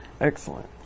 Excellent